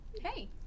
Hey